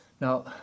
Now